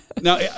Now